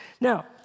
Now